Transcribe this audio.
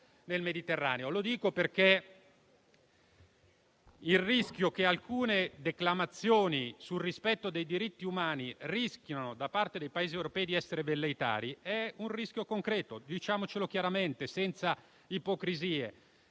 Lo dico perché il rischio che alcune declamazioni sul rispetto dei diritti umani da parte dei Paesi europei finiscano per essere velleitarie è concreto e diciamocelo chiaramente senza ipocrisie.